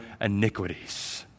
iniquities